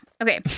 Okay